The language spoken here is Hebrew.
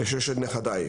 וששת נכדיי,